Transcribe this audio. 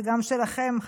וגם שלכם,